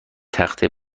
تخته